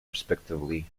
respectively